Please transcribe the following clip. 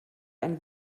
ein